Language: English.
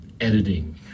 editing